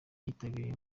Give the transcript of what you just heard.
yitabiriye